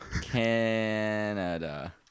Canada